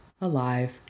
alive